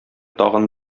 тагын